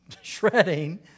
shredding